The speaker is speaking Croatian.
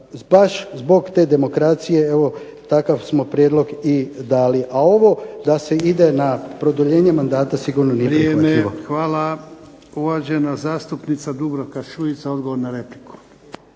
baš zbog te demokracije takav smo prijedlog i dali. A ovo da se ide na produljenje mandata sigurno nije prihvatljivo. **Jarnjak, Ivan (HDZ)** Vrijeme! Hvala. Uvažena zastupnica Dubravka Šuica, odgovor na repliku.